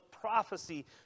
prophecy